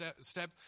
step